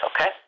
okay